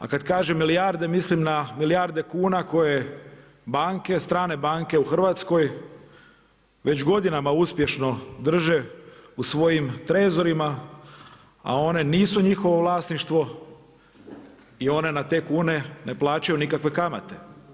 A kad kažem milijarde mislim na milijarde kuna koje banke, strane banke u Hrvatskoj već godinama uspješno drže u svojim trezorima, a one nisu njihovo vlasništvo i one na te kune ne plaćaju nikakve kamate.